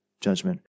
judgment